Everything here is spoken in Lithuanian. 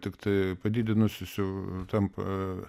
tiktai padidinus jis jau tampa